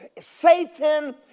Satan